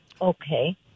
Okay